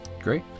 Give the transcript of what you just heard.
Great